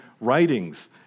writings